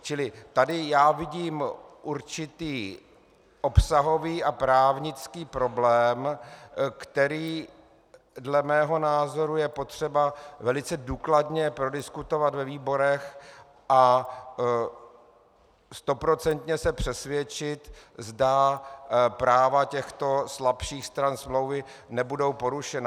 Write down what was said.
Čili tady já vidím určitý obsahový a právnický problém, který dle mého názoru je potřeba velice důkladně prodiskutovat ve výborech a stoprocentně se přesvědčit, zda práva těchto slabších stran smlouvy nebudou porušena.